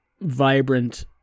vibrant